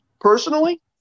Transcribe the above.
personally